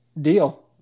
Deal